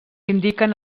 indiquen